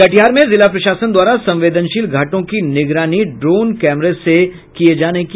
कटिहार में जिला प्रशासन द्वारा संवेदनशील घाटों की निगरानी ड्रोन कैमरे से की जायेगी